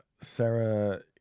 Sarah